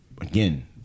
again